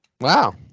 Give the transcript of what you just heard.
Wow